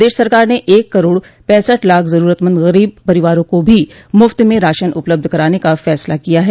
प्रदेश सरकार ने एक करोड़ पैंसठ लाख जरूरतमंद गरीब परिवारों को भी मुफ्त में राशन उपलब्ध कराने का फैसला किया है